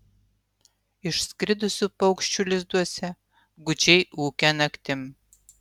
išskridusių paukščių lizduose gūdžiai ūkia naktim